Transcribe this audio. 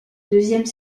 deuxième